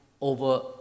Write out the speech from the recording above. over